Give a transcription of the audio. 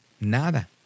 nada